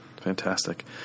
fantastic